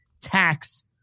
tax